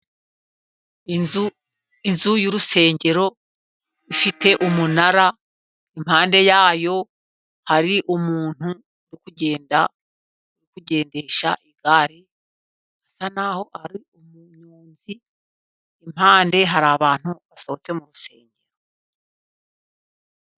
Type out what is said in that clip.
Inzu inzu y'urusengero ifite umunara, impande yayo hari umuntu uri kugenda uri kugendesha igare asa n'aho ari umunyonzi, impande hari abantu basohotse mu rusengero.